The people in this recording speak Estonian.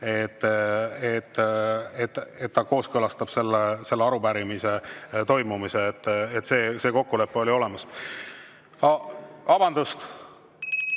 et ta kooskõlastab selle arupärimise toimumise. See kokkulepe oli olemas. Vabandust!